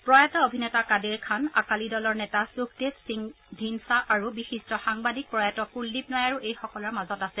প্ৰয়াত অভিনেতা কাদেৰ খান আকালী দলৰ নেতা সুখদেৱ সিং ধিন্দ্ছা আৰু বিশিষ্ট সাংবাদিক প্ৰয়াত কুলদ্বীপ নায়াৰো এইসকলৰ মাজত আছে